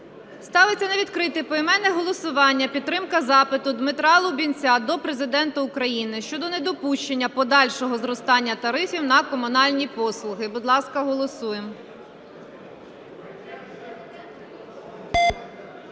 Ставиться на відкрите поіменне голосування підтримка запиту Дмитра Лубінця до Президента України щодо недопущення подальшого зростання тарифів на комунальні послуги. Будь ласка, голосуємо.